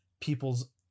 people's